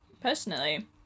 Personally